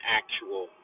actual